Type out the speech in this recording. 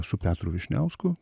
su petru vyšniausku